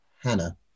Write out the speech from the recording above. Hannah